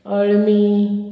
अळमी